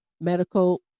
Medical